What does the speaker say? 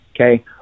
Okay